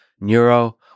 Neuro